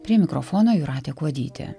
prie mikrofono jūratė kuodytė